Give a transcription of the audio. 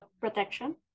protection